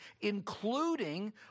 including